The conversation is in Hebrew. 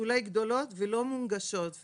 אולי גדולות ולא מונגשות,